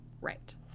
Right